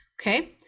okay